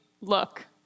look